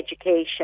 education